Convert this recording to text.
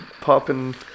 popping